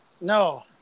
No